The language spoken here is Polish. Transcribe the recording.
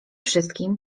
wszystkim